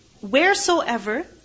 wheresoever